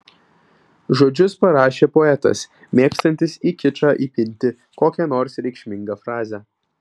žodžius parašė poetas mėgstantis į kičą įpinti kokią nors reikšmingą frazę